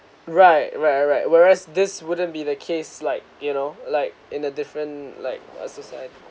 right right right whereas this wouldn't be the case like you know like in a different like a suicide